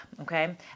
okay